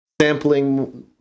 sampling